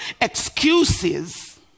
excuses